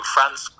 France